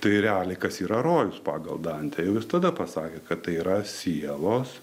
tai realiai kas yra rojus pagal dantę jau tada pasakė kad tai yra sielos